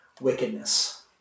wickedness